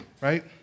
right